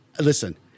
Listen